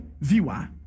viewer